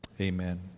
amen